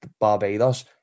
Barbados